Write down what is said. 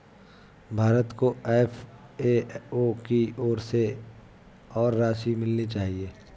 भारत को एफ.ए.ओ की ओर से और राशि मिलनी चाहिए